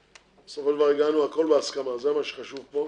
בסופו של דבר הגענו לכול בהסכמה, זה מה שחשוב פה.